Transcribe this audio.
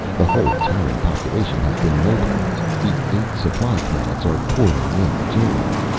the whole terran population has been mobilized. the eight supply planets are pouring in material.